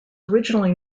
originally